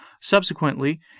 Subsequently